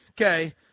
Okay